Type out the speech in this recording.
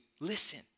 listen